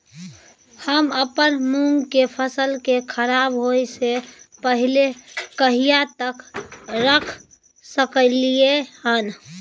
हम अपन मूंग के फसल के खराब होय स पहिले कहिया तक रख सकलिए हन?